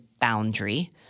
boundary